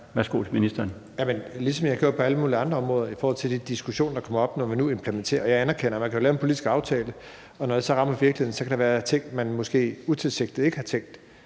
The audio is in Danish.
Bruus): Jamen det er, ligesom vi har gjort det på alle mulige andre områder i forhold til den diskussion, der kommer op, når vi nu implementerer det. Jeg anerkender, at man kan lave en politisk aftale, og når den så rammer virkeligheden, kan der være ting, man måske ikke har tænkt